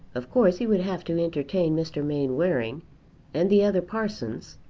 of course he would have to entertain mr. mainwaring and the other parsons,